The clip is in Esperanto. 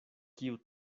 kiu